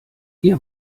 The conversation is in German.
ihr